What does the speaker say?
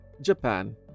Japan